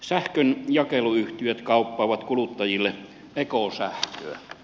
sähkönjakeluyhtiöt kauppaavat kuluttajille ekosähköä